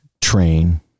train